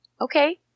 okay